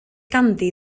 ganddi